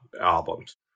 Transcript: albums